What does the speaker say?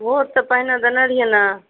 vote तऽ पहीने देने रहीयै ने